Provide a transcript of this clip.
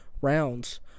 rounds